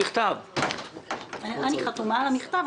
אני חתומה על המכתב.